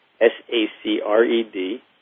S-A-C-R-E-D